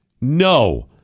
No